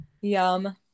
Yum